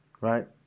Right